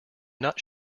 not